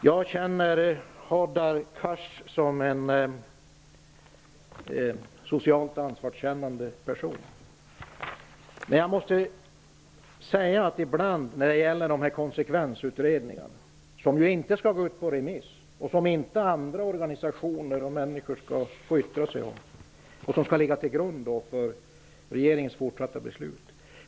Jag känner Hadar Cars som en socialt ansvarskännande person, men jag blir tveksam när det gäller den konsekvensutredning som inte skall gå ut på remiss, som inte andra organisationer och människor skall få yttra sig om och som skall ligga till grund för regeringens fortsatta beslutsfattande.